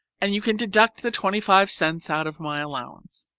and you can deduct the twenty-five cents out of my allowance.